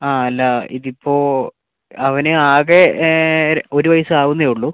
ആ അല്ല ഇതിപ്പോൾ അവന് ആകെ ഒരു വയസ്സ് ആവുന്നേ ഉള്ളൂ